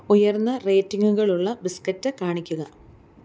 ഉയർന്ന റേറ്റിംഗുകളുള്ള ബിസ്ക്കറ്റ് കാണിക്കുക